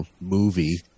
movie